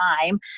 time